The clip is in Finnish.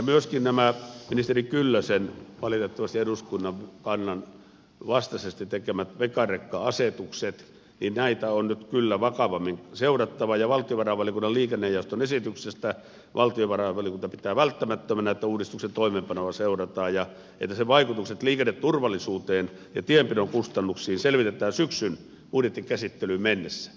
myöskin näitä ministeri kyllösen valitettavasti eduskunnan kannan vastaisesti tekemiä megarekka asetuksia on nyt kyllä vakavammin seurattava ja valtiovarainvaliokunnan liikennejaoston esityksestä valtiovarainvaliokunta pitää välttämättömänä että uudistuksen toimeenpanoa seurataan ja että sen vaikutukset liikenneturvallisuuteen ja tienpidon kustannuksiin selvitetään syksyn budjettikäsittelyyn mennessä